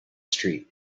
street